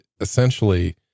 essentially